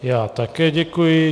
Já také děkuji.